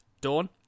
Dawn